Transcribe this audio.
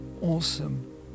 awesome